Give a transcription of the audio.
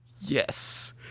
Yes